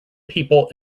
people